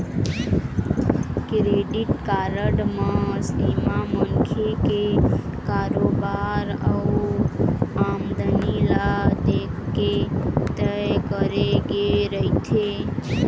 credit card म सीमा मनखे के कारोबार अउ आमदनी ल देखके तय करे गे रहिथे